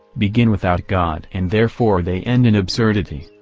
begin without god and therefore they end in absurdity.